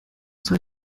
soll